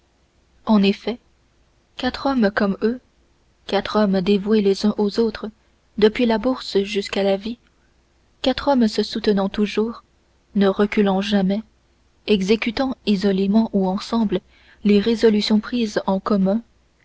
en effet quatre hommes comme eux quatre hommes dévoués les uns aux autres depuis la bourse jusqu'à la vie quatre hommes se soutenant toujours ne reculant jamais exécutant isolément ou ensemble les résolutions prises en commun